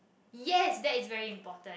yes that's very important